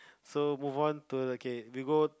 so move on to okay we go